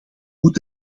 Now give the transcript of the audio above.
moet